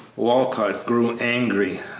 walcott grew angry.